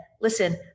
Listen